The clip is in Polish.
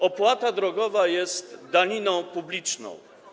Opłata drogowa jest daniną publiczną.